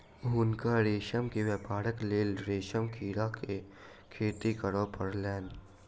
हुनका रेशम के व्यापारक लेल रेशम कीड़ा के खेती करअ पड़लैन